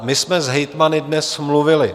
My jsme s hejtmany dnes mluvili.